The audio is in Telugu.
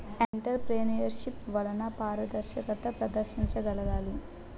ఎంటర్ప్రైన్యూర్షిప్ వలన పారదర్శకత ప్రదర్శించగలగాలి